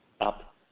up